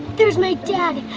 there's my dad.